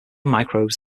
microbes